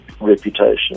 reputation